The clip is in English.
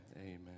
Amen